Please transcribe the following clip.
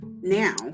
now